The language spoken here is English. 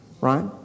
Right